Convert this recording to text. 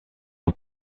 the